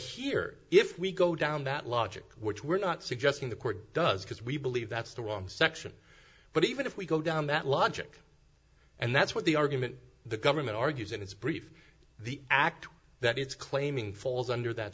here if we go down that logic which we're not suggesting the court does because we believe that's the wrong section but even if we go down that logic and that's what the argument the government argues in its brief the act that it's claiming falls under that